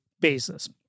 basis